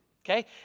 Okay